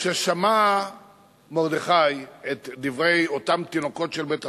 וכששמע מרדכי את דברי אותם תינוקות של בית רבן,